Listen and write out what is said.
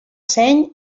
seny